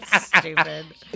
stupid